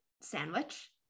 Sandwich